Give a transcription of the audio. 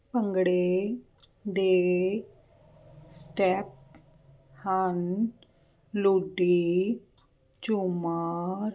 ਭੰਗੜੇ ਦੇ ਸਟੈਪ ਹਨ ਲੁੱਡੀ ਝੂਮਰ